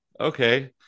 okay